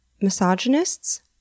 misogynists